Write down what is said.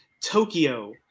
Tokyo